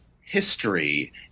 history